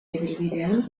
ibilbidean